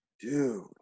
Dude